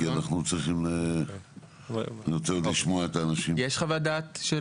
יש חוות דעת?